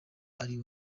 ari